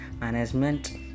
management